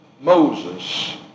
Moses